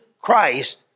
Christ